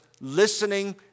listening